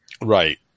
Right